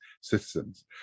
citizens